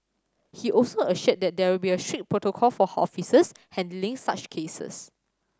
he also assured that there will be strict protocol for officers handling such cases